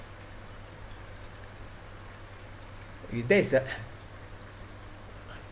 if that is a